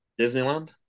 Disneyland